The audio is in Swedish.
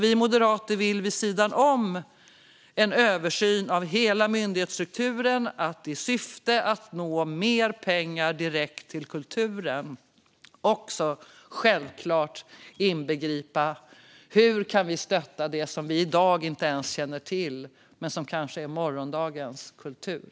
Vi moderater vill därför, vid sidan av en översyn av hela myndighetsstrukturen med syftet att mer pengar direkt ska nå kulturen, också självklart inbegripa hur vi kan stötta det som vi i dag inte ens känner till men som kanske är morgondagens kultur.